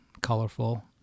colorful